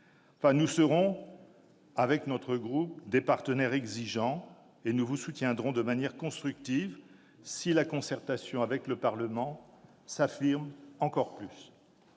de retraite. Notre groupe sera un partenaire exigeant. Nous vous soutiendrons de manière constructive, si la concertation avec le Parlement s'affirme encore plus.